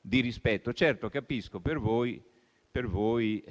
di rispetto. Certo, capisco che, se